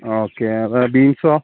ആ ഓക്കെ ബീൻസോ